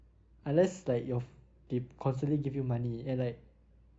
unless like your f~ they constantly give you money and like